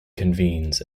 convenes